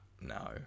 no